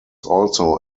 also